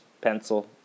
pencil